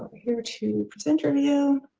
here to interview.